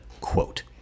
quote